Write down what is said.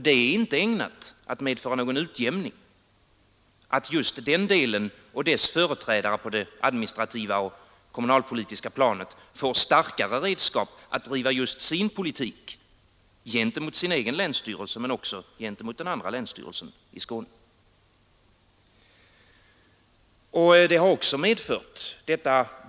Det är inte ägnat att medföra någon utjämning att just den delen och dess företrädare på det administrativa och kommunalpolitiska planer får starkare redskap att driva just sin politik gentemot sin egen länsstyrelse men också gentemot den andra länsstyrelsen i Skåne.